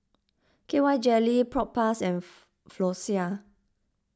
K Y Jelly Propass and Floxia